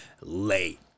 late